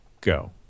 Go